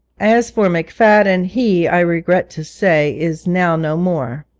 as for mcfadden, he, i regret to say, is now no more